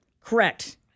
Correct